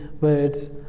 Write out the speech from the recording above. words